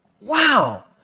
Wow